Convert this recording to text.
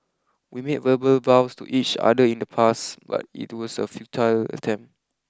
we made verbal vows to each other in the past but it was a futile attempt